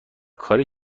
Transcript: کاری